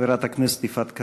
חברת הכנסת יפעת קריב.